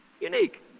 Unique